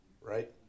Right